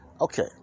Okay